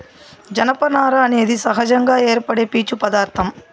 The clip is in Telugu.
జనపనార అనేది సహజంగా ఏర్పడే పీచు పదార్ధం